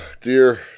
Dear